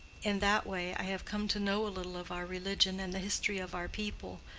in that way i have come to know a little of our religion, and the history of our people,